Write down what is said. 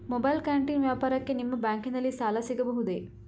Mobile canteen ವ್ಯಾಪಾರಕ್ಕೆ ನಿಮ್ಮ ಬ್ಯಾಂಕಿನಲ್ಲಿ ಸಾಲ ಸಿಗಬಹುದೇ?